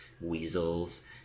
weasels